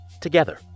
together